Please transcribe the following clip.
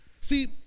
See